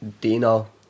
Dino